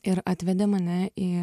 ir atvedė mane į